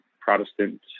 Protestant